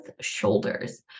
shoulders